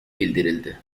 bildirildi